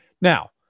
Now